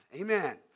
Amen